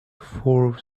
فور